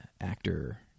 actor